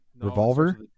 Revolver